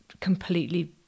completely